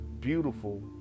beautiful